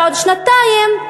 בעוד שנתיים,